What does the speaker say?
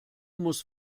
muss